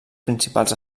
principals